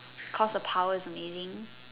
cause her power is amazing